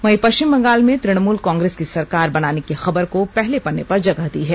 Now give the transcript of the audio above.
वहीं पष्चिम बंगाल में तृणमूल कांग्रेस की सरकार बनाने की खबर को पहले पन्ने पर जगह दी है